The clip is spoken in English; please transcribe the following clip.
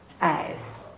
eyes